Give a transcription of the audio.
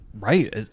Right